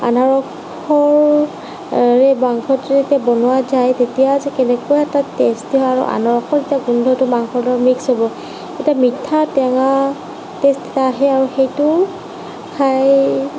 আনাৰসৰে মাংস যেতিয়া বনোৱা যায় তেতিয়া যে কেনেকুৱা এটা টেষ্ট হয় আনাৰসৰ যেতিয়া গোন্ধটো মাংসৰ লগত মিক্স হ'ব তেতিয়া মিঠা টেঙা টেষ্ট এটা আহে আৰু সেইটো খাই